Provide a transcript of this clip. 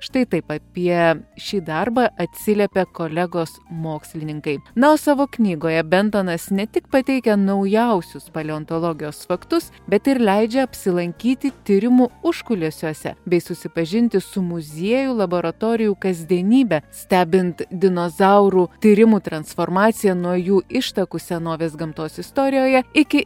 štai taip apie šį darbą atsiliepė kolegos mokslininkai na o savo knygoje bentonas ne tik pateikia naujausius paleontologijos faktus bet ir leidžia apsilankyti tyrimų užkulisiuose bei susipažinti su muziejų laboratorijų kasdienybe stebint dinozaurų tyrimų transformaciją nuo jų ištakų senovės gamtos istorijoje iki